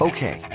Okay